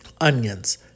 Onions